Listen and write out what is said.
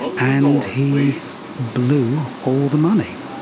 and he blew all the money.